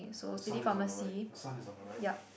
the sun is on the right the sun is on the right